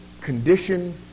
condition